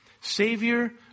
Savior